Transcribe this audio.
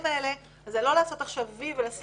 הדברים האלה זה לא לעשות עכשיו "וי" ולשים